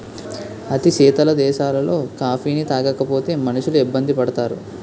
అతి శీతల దేశాలలో కాఫీని తాగకపోతే మనుషులు ఇబ్బంది పడతారు